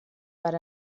per